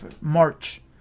March